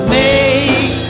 make